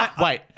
Wait